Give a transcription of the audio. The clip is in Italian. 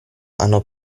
hanno